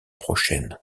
prochaine